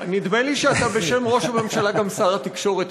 נדמה לי שאתה בשם ראש הממשלה גם שר התקשורת,